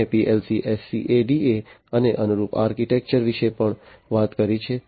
મેં PLC SCADA અને અનુરૂપ આર્કિટેક્ચર વિશે પણ વાત કરી છે